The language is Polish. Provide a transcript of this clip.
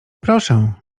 proszę